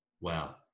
Wow